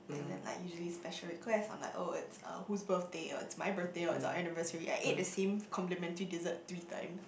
and then like usually special request I'm like oh it's uh who's birthday oh it's my birthday or it's our anniversary I ate the same complimentary dessert three times